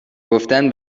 گفتن